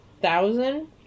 thousand